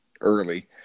early